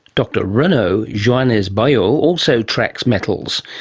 dr renaud joannes-boyau also tracks metals.